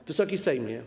Wysoki Sejmie!